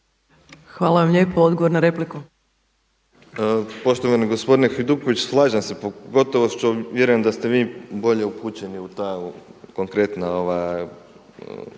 Hvala lijepo. Odgovor na repliku.